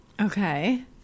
Okay